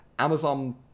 Amazon